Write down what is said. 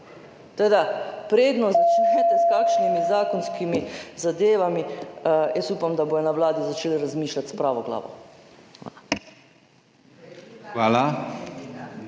da, predno začnete s kakšnimi zakonskimi zadevami, jaz upam, da bodo na Vladi začeli razmišljati s pravo glavo. Hvala.